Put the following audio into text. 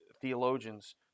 theologians